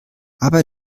aber